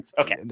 Okay